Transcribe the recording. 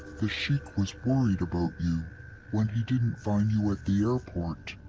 the sheik was worried about you when he didn't find you at the airport.